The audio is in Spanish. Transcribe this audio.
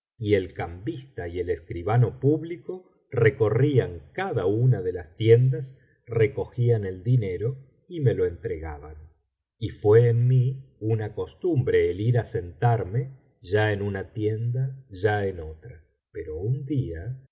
y el cambista y el escribano público recorrían cada una de las tiendas recogían el dinero y me lo entregaban y fué en mí una costumbre el ir a sentarme ya en uña tienda ya en otra pero un día